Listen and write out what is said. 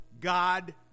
God